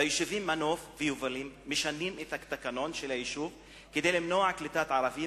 ביישובים מנוף ויובלים משנים את התקנון של היישוב כדי למנוע קליטת ערבים